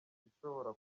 ibishobora